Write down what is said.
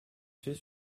fait